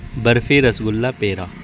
barfi rasgulla پیڑا